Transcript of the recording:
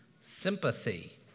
Sympathy